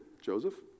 Joseph